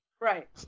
Right